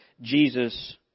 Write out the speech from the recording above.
Jesus